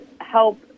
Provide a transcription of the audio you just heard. help